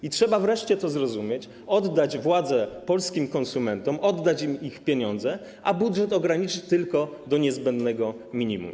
I trzeba wreszcie to zrozumieć, oddać władzę polskim konsumentom, oddać im ich pieniądze, a budżet ograniczyć tylko do niezbędnego minimum.